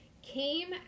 came